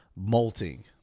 molting